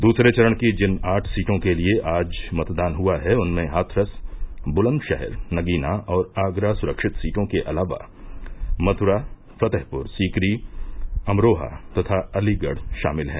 दूसरे चरण की जिन आठ सीटों के लिए आज मतदान हुआ है उनमें हाथरस बुलन्दशहर नगीना और आगरा सुरक्षित सीटों के अलावा मथुरा फतेहपुर सीकरी अमरोहा तथा अलीगढ़ शामिल हैं